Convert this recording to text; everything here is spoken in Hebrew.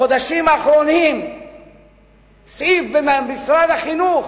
בחודשים האחרונים סעיף במשרד החינוך,